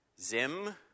zim